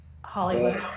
Hollywood